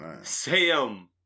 Sam